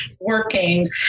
working